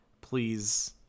please